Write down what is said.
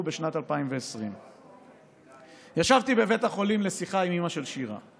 בשנת 2020. ישבתי בבית החולים לשיחה עם אימא של שירה,